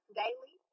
daily